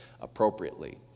appropriately